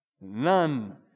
None